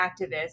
activists